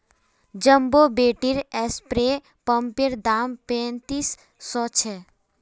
jumbo battery spray पंपैर दाम पैंतीस सौ छे